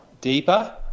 Deeper